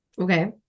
okay